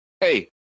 Hey